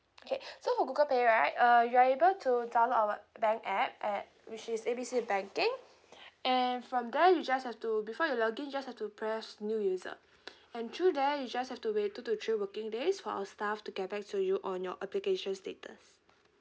okay so for google pay right uh you are able to download our bank app at which is A B C banking and from there you just have to before you login you just have to press new user and through there you just have to wait two to three working days for our staff to get back to you on your application status